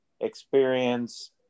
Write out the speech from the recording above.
experience